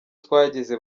twagize